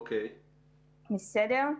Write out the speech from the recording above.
בסדר.